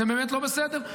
זה באמת לא בסדר.